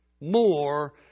more